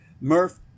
Murph